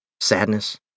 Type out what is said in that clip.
sadness